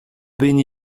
been